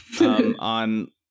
on